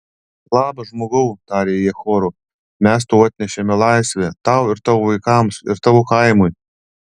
labas žmogau tarė jie choru mes tau atnešėme laisvę tau ir tavo vaikams ir tavo kaimui